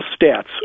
stats